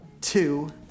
two